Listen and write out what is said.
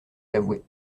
l’avouer